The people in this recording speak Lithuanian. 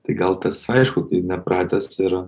tai gal tas aišku kai nepratęs yra